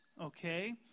Okay